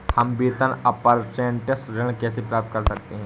हम वेतन अपरेंटिस ऋण कैसे प्राप्त कर सकते हैं?